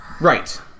Right